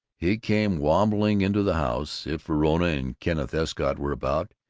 he came wambling into the house. if verona and kenneth escott were about,